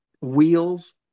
Wheels-